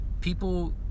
People